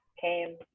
came